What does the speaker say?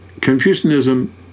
Confucianism